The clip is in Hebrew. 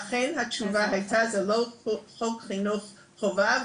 אכן התשובה הייתה זה לא חוק חינוך חובה,